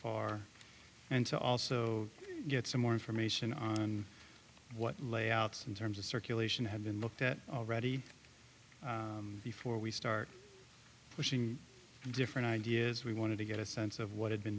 far and to also get some more information on what layouts in terms of circulation have been looked at already before we start pushing different ideas we wanted to get a sense of what had been